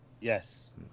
Yes